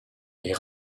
est